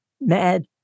Mad